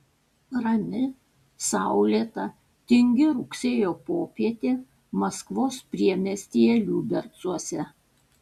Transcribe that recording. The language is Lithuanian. rami saulėta tingi rugsėjo popietė maskvos priemiestyje liubercuose